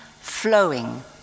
flowing